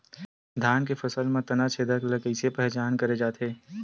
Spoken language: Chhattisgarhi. धान के फसल म तना छेदक ल कइसे पहचान करे जाथे?